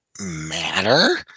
matter